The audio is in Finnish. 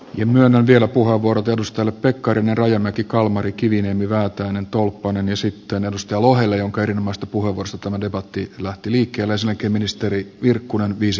ja myönnän vielä puhua vuorottelusta pekkarinen rajamäki calamari kiviniemi väätäinen tolppanen esittää neuvosto lohelle unkarin maastopuvussa tämä debatti lähti liikkeelle selkä ministeri virkkunen viisi